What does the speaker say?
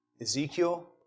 Ezekiel